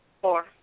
Four